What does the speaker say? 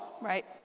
Right